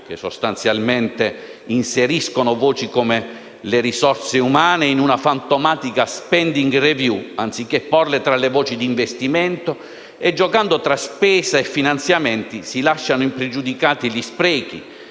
che sostanzialmente inseriscono voci come le risorse umane in una fantomatica *spending review*, anziché porle tra le voci di investimento e, giocando tra spesa e finanziamenti, si lasciano impregiudicati gli sprechi,